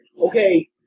Okay